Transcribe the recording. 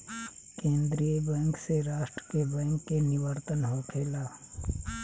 केंद्रीय बैंक से राष्ट्र के बैंक के निवर्तन होखेला